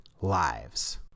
lives